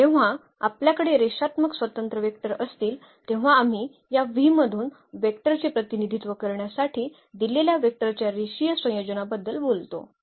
आणि जेव्हा आपल्याकडे रेषात्मक स्वतंत्र वेक्टर असतील तेव्हा आम्ही या मधून वेक्टरचे प्रतिनिधित्व करण्यासाठी दिलेल्या वेक्टरच्या रेषीय संयोजनाबद्दल बोलतो